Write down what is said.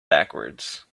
backwards